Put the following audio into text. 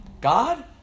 God